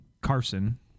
Carson